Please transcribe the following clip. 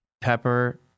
Pepper